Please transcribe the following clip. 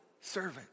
servant